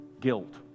guilt